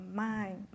mind